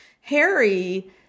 Harry